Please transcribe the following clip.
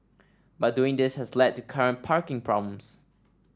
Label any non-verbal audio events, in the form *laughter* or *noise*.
but doing this has led to current parking problems *noise*